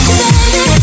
baby